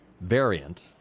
variant